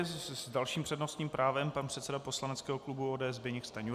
S dalším přednostním právem pan předseda poslaneckého klubu ODS Zbyněk Stanjura.